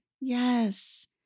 Yes